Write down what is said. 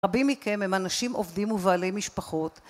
רבים מכם הם אנשים עובדים ובעלי משפחות